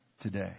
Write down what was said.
today